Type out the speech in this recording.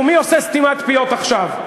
ומי עושה סתימת פיות עכשיו?